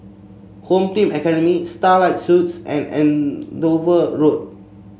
Home Team Academy Starlight Suites and Andover Road